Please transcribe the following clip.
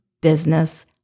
business